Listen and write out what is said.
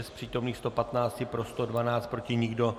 Z přítomných 115 pro 112, proti nikdo.